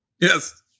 yes